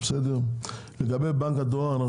לגבי בנק הדואר.